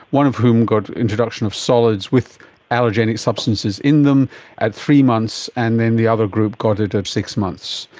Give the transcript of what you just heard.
one of whom got introduction of solids with allergenic substances in them at three months, and then the other group got it at six months,